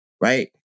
right